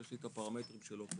יש את הפרמטרים שלו פה,